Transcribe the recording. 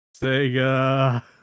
Sega